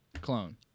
Clone